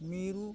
ᱢᱤᱨᱩ